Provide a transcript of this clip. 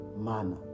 manner